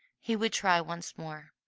he would try once more.